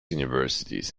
universities